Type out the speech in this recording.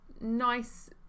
nice